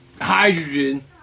hydrogen